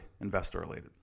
Investor-related